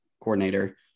coordinator